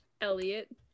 Elliot